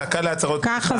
דקה להצהרות פתיחה.